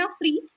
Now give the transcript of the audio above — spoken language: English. free